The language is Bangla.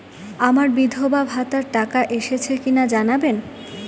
আমার বিধবাভাতার টাকা এসেছে কিনা জানাবেন?